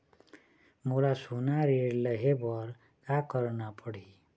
मोला सोना ऋण लहे बर का करना पड़ही?